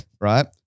Right